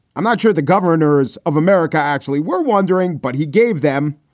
i'm not sure. the governors of america actually were wondering, but he gave them.